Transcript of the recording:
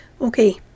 Okay